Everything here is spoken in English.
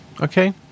Okay